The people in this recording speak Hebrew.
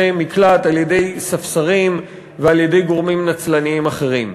מקלט על-ידי ספסרים ועל-ידי גורמים נצלניים אחרים.